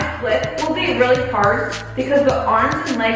flip will be really hard because the arms